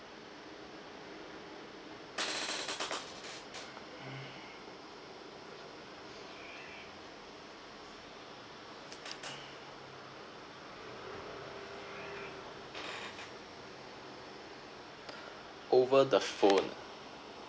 over the phone nah